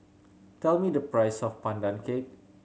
tell me the price of Pandan Cake